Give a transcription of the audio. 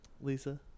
Lisa